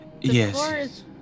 Yes